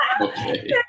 okay